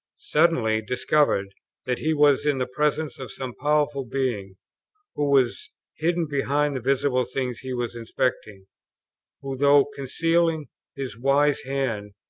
suddenly discovered that he was in the presence of some powerful being who was hidden behind the visible things he was inspecting who, though concealing his wise hand,